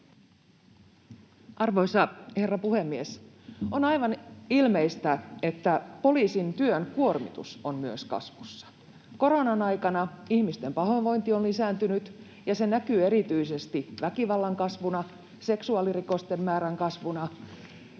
Arvoisa herra puhemies! On aivan ilmeistä, että poliisin työn kuormitus on myös kasvussa. Koronan aikana ihmisten pahoinvointi on lisääntynyt, ja se näkyy erityisesti väkivallan kasvuna, seksuaalirikosten määrän kasvuna.